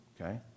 okay